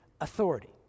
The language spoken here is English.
authority